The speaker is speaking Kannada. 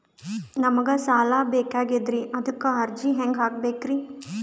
ನಮಗ ಸಾಲ ಬೇಕಾಗ್ಯದ್ರಿ ಅದಕ್ಕ ಅರ್ಜಿ ಹೆಂಗ ಹಾಕಬೇಕ್ರಿ?